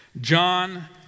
John